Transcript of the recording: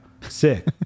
sick